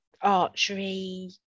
archery